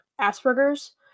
Asperger's